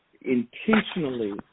intentionally